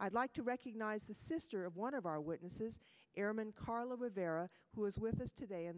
i'd like to recognize the sister of one of our witnesses airman carla rivera who is with us today